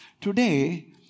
Today